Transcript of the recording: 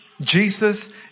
Jesus